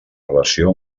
relació